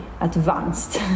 advanced